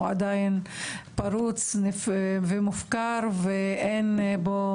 הוא עדיין פרוץ ומופקר ואין בו